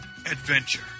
adventure